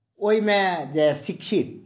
ओहिमे जे शिक्षित